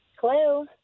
Hello